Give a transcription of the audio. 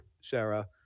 Sarah